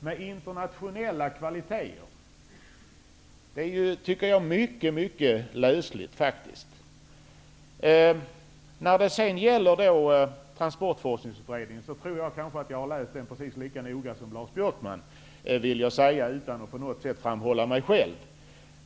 Det är faktiskt mycket lösligt! Jag tror att jag har läst Transportforskningsutredningen precis lika noga som Lars Björkman. Det vill jag säga utan att på något sätt framhålla mig själv.